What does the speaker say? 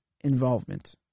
involvement